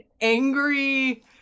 angry